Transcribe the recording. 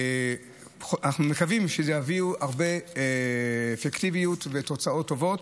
אנחנו מקווים שיביאו הרבה אפקטיביות ותוצאות טובות.